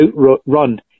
outrun